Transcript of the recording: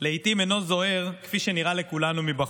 לעיתים אינו זוהר כפי שנראה לכולנו מבחוץ.